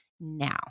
now